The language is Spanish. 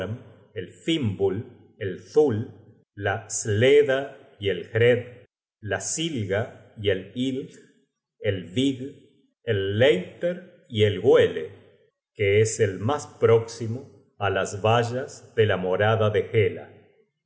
el fimbul el thul la sleda y el hred la sylga y el ylg el vig el leipter y el goele que es el mas próximo á las vallas de la morada de hela